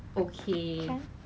真的